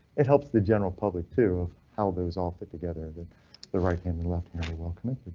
it helps the general public to of how those all fit together. then the right hand and left hand we welcome it.